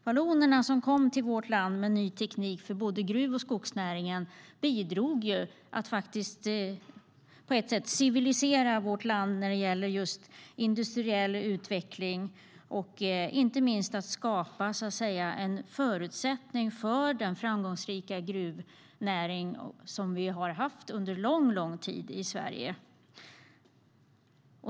Vallonerna, som kom till vårt land med ny teknik för både gruv och skogsnäringarna, bidrog faktiskt till att på ett sätt civilisera vårt land när det gällde just industriell utveckling och inte minst till att skapa en förutsättning för den framgångsrika gruvnäring som vi har haft under lång tid i Sverige.